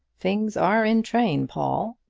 things are in train, paul,